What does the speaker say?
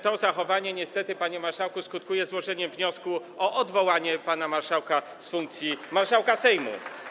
To zachowanie niestety, panie marszałku, skutkuje złożeniem wniosku o odwołanie pana marszałka z funkcji marszałka Sejmu.